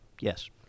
Yes